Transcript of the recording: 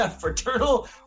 Fraternal